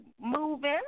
moving